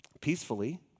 peacefully